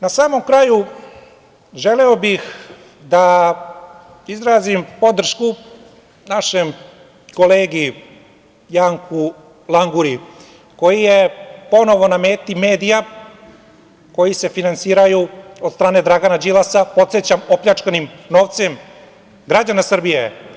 Na samom kraju, želeo bih da izrazim podršku našem kolegi Janku Languri koji je ponovo na meti medija koji se finansiraju od strane Dragana Đilasa, podsećam, opljačkanim novcem građana Srbije.